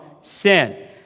sin